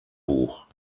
buch